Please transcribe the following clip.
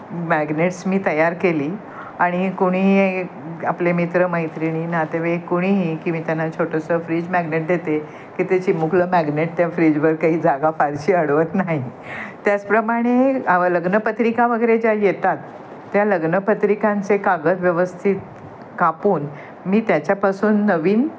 magnets मी तयार केली आणि कोणी ये आपले मित्रमैत्रिणी नातेवाईक कोणीही की मी त्यांना छोटंसं फ्रीज मॅगनेट देते की ते चिमुकलं मॅगनेट त्या फ्रीजवर काही जागा फारशी अडवत नाही त्याचप्रमाणे लग्नपत्रिका वगैरे ज्या येतात त्या लग्नपत्रिकांचे कागद व्यवस्थित कापून मी त्याच्यापासून नवीन